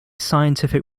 scientific